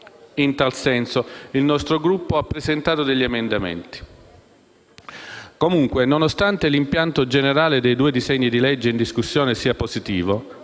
In tal senso il nostro Gruppo ha presentato degli emendamenti. In ogni caso, riteniamo che l'impianto generale dei due disegni di legge in discussione sia positivo,